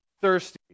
thirsty